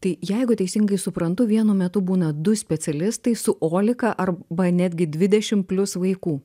tai jeigu teisingai suprantu vienu metu būna du specialistai su oleka arba netgi dvidešim plius vaikų